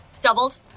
doubled